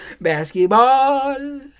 Basketball